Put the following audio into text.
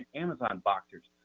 amazon boxers,